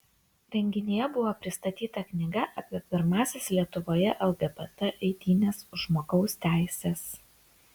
renginyje buvo pristatyta knyga apie pirmąsias lietuvoje lgbt eitynes už žmogaus teises